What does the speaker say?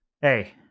Hey